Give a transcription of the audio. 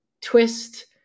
twist